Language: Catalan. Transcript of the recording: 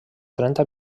trenta